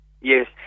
Yes